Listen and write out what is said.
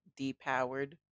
depowered